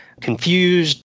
confused